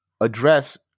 address